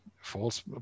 false